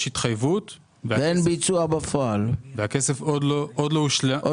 יש התחייבות והכסף עוד לא שולם לפרויקט.